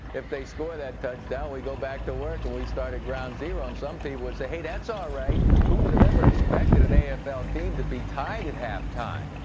if they score that touchdown, we go back to work and we start at ground zero. some people would say, hey, that's all right. who would have ever expected an afl team to be tied at halftime?